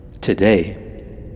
Today